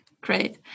great